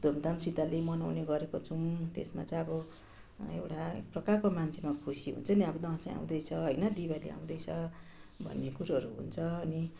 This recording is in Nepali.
धुमधामसितले मनाउने गरेको छौँ त्यसमा चाहिँ अब एउटा एक प्रकारको मान्छेमा खुसी हुन्छ नि अब दसैँ आउँदैछ होइन दिवाली आउँदैछ भन्ने कुरोहरू हुन्छ अनि